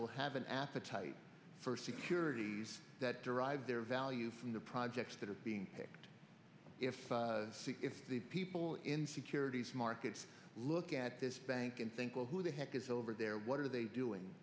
will have an appetite for securities that derive their value from the projects that are being picked if if the people in securities markets look at this bank and think well who the heck is over there what are they